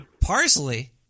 Parsley